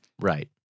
Right